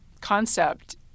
concept